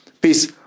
peace